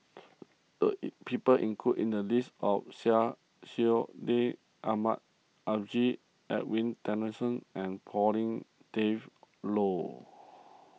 the people included in the list of Syed Sheikh Ahmad Al Edwin Tessensohn and Pauline Dawn Loh